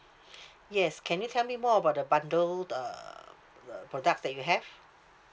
yes can you tell me more about the bundled uh uh products that you have